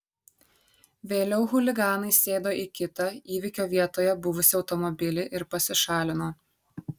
vėliau chuliganai sėdo į kitą įvykio vietoje buvusį automobilį ir pasišalino